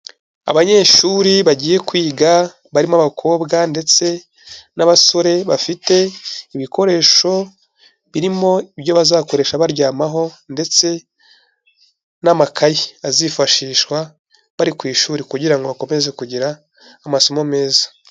Abanyeshuri bagiye kwiga barimo abakobwa ndetse n'abasore bafite ibikoresho birimo ibyo bazakoresha baryamaho ndetse n'amakaye azifashishwa bari ku ishuri kugira ngo bakomeze kugira amasomo meza.